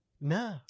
No